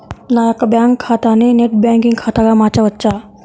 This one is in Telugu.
నా యొక్క బ్యాంకు ఖాతాని నెట్ బ్యాంకింగ్ ఖాతాగా మార్చవచ్చా?